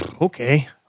okay